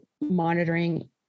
monitoring